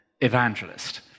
evangelist